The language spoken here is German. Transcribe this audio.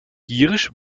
giersch